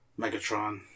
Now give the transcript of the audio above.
Megatron